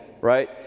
right